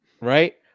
right